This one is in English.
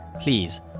Please